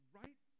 right